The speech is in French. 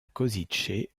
košice